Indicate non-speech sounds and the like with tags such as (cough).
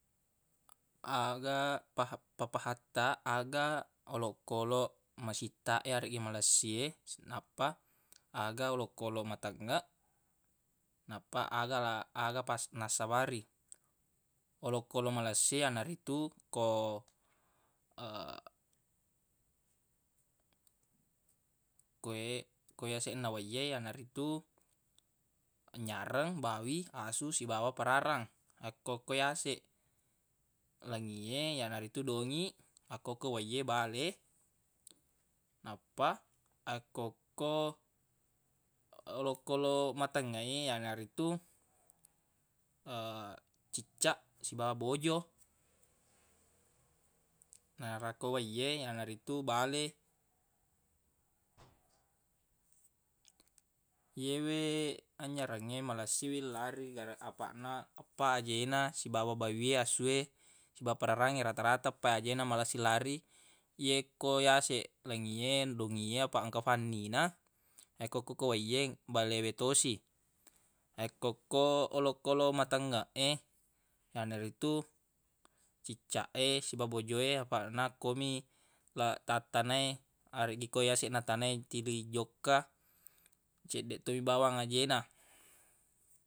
Aga paha- papahatta aga olokoloq masitta e yareggi malessi e nappa aga olokoloq matengngeq nappa aga la- aga pas- nassabari olokoloq malessi e yanaritu ko (hesitation) koe- koe yaseq na wai ye yanaritu anynyareng bawi asu sibawa pararang akko ke yaseq langi e yanaritu dongiq akko ko wai e bale nappa akko ko olokoloq matengnge e yanaritu (hesitation) ciccaq siba bojo (noise) nara ko wai e yanaritu bale (noise) yewe anynyarangnge malessi wi lari gara- apaq na appa aje na sibawa bawi e asu e siba pararangnge rata-rata appa aje na malessi lari yekko yaseq langi e dongi e apa engka fanni na yakko ko ku wai e bale we tosi yakko ko olokoloq matengngeq e yanaritu ciccaq e siba bojo e afaq na ko mi la- tattana e areggi ko yasseq na tana e tili jokka cedde tomi bawang aje na.